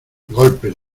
golpes